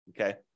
okay